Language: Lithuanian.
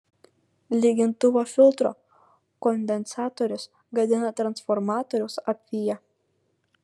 lygintuvo filtro kondensatorius gadina transformatoriaus apviją